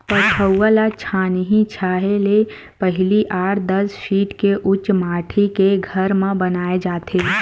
पठउवा ल छानही छाहे ले पहिली आठ, दस फीट के उच्च माठी के घर म बनाए जाथे